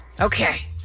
Okay